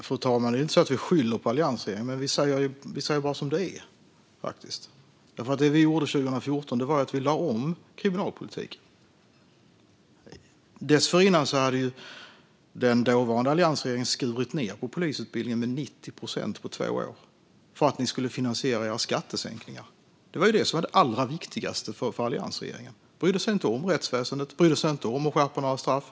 Fru talman! Det är inte så att vi skyller på alliansregeringen. Vi bara säger som det är. År 2014 lade vi om kriminalpolitiken. Dessförinnan hade den dåvarande alliansregeringen skurit ned på polisutbildningen med 90 procent på två år för att finansiera sina skattesänkningar. Det var det som var det allra viktigaste för alliansregeringen. Den brydde sig inte om rättsväsendet. Den brydde sig inte om att skärpa några straff.